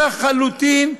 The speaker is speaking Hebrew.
לחלוטין,